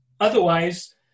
Otherwise